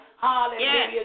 Hallelujah